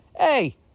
hey